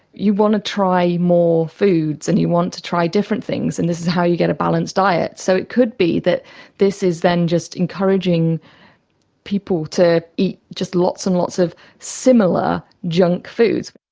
you want to try more foods and you want to try different things, and this is how you get a balanced diet. so it could be that this is then just encouraging people to eat just lots and lots of similar junk foods.